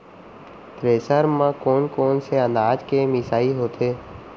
Thresher म कोन कोन से अनाज के मिसाई होथे?